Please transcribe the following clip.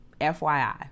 FYI